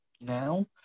now